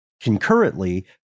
concurrently